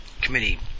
committee